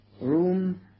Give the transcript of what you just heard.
room